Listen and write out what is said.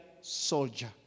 soldier